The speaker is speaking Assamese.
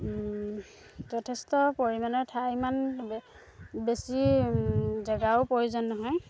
যথেষ্ট পৰিমাণে ঠাই ইমান বে বেছি জেগাও প্ৰয়োজন নহয়